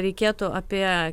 reikėtų apie